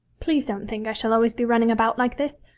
please don't think i shall always be running about like this.